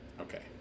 Okay